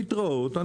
להתראות.